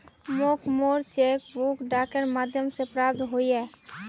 मोक मोर cheque book डाकेर माध्यम से प्राप्त होइए